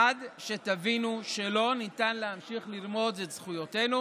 עד שתבינו שלא ניתן להמשיך לרמוס את זכויותינו,